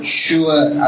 sure